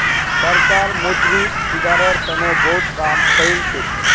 सरकार मौद्रिक सुधारेर तने बहुत काम करिलछेक